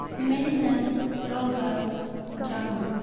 medicine روگر جامی